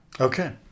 Okay